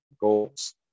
goals